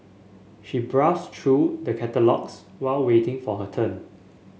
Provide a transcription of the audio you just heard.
she browsed through the catalogues while waiting for her turn